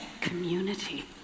community